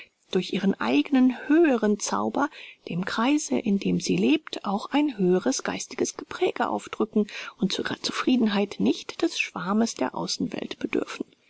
durch ihren eignen höheren zauber dem kreise in dem sie lebt auch ein höheres geistiges gepräge aufdrücken und zu ihrer zufriedenheit nicht des schwarmes der außenwelt bedürfen